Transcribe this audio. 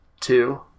two